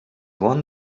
one